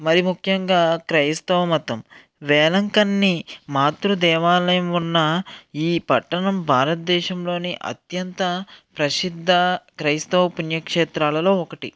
మరీ ముఖ్యంగా క్రైస్తవ మతం వేలంకన్నీ మాతృ దేవాలయం ఉన్న ఈ పట్టణం భారత దేశంలోని అత్యంత ప్రసిద్ధ క్రైస్తవ పుణ్యక్షేత్రాలలో ఒకటి